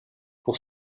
pour